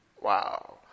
Wow